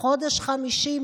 חודש חמישי,